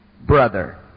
brother